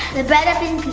the bread up and